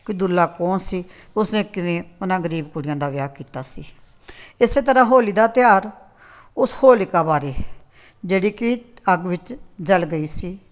ਕਿ ਦੁੱਲਾ ਕੌਣ ਸੀ ਉਸ ਨੇ ਕਿੰਨੀਆਂ ਉਹਨਾਂ ਗਰੀਬ ਕੁੜੀਆਂ ਦਾ ਵਿਆਹ ਕੀਤਾ ਸੀ ਇਸੇ ਤਰ੍ਹਾਂ ਹੋਲੀ ਦਾ ਤਿਉਹਾਰ ਉਸ ਹੋਲੀਕਾ ਬਾਰੇ ਜਿਹੜੀ ਕਿ ਅੱਗ ਵਿੱਚ ਜਲ ਗਈ ਸੀ